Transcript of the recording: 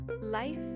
life